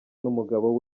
n’umugabo